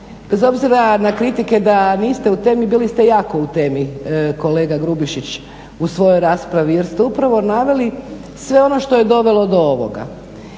Bez obzira na kritike da niste u temi bili ste jako u temi kolega Grubišić u svojoj raspravi jer ste upravo naveli sve ono što je dovelo do ovoga.